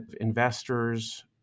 investors